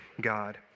God